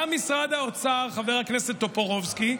גם משרד האוצר, חבר הכנסת טופורובסקי,